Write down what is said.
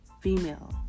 female